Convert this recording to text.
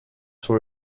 for